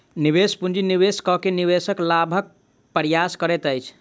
निवेश पूंजी निवेश कअ के निवेशक लाभक प्रयास करैत अछि